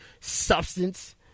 substance